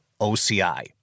OCI